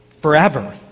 forever